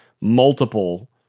multiple